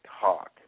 talk